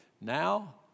now